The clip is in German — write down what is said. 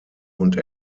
und